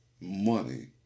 money